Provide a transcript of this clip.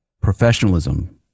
professionalism